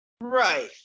Right